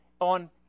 on